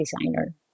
designer